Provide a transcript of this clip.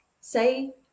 say